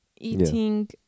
eating